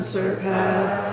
surpass